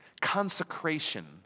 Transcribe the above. consecration